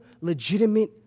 legitimate